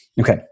Okay